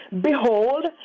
Behold